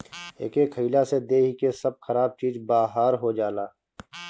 एके खइला से देहि के सब खराब चीज बहार हो जाला